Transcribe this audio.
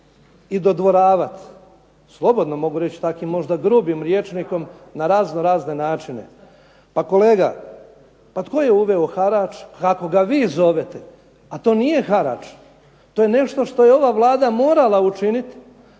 i dodvoravati, slobodno mogu reći takvim možda grubim rječnikom, na razno razne načine. Kolega, pa tko je uveo harač kako ga vi zovete? A to nije harač. To je nešto što je ova Vlada morala učiniti